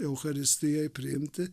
eucharistijai priimti